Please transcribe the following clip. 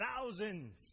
thousands